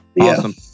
awesome